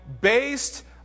based